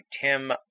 Tim